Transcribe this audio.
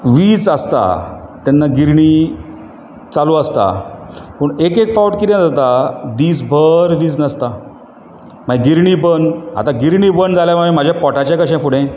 वीज आसता तेन्ना गिरणी चालू आसता पूण एक एक फावट कितें जाता दिसभर वीज नासता मागीर गिरणी बंद आतां गिरणी बंद जाल्यार मागे माजें पोटाचें कशें फुडें